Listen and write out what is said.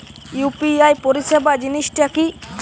UPI পরিসেবা জিনিসটা কি?